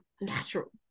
natural